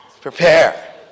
Prepare